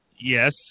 Yes